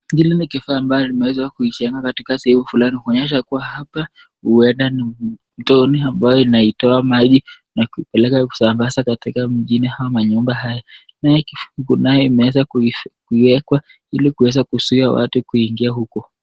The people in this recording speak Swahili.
Hili ni kifaa ambalo limeweza kujengwa katika sehemu fulani kuonyesha kuwa hapa huenda ni mtoni ambaye inaitoa maji na kuipeleka kusambaza katika mjini ama manyumba haya. Na hii fungo nayo imeweza kuiwekwa ili kuweza kuzuia watu kuingia huku.